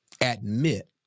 admit